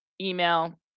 email